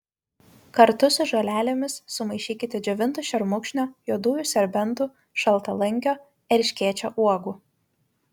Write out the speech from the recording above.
kartu su žolelėmis sumaišykite džiovintų šermukšnio juodųjų serbentų šaltalankio erškėčio uogų